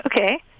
Okay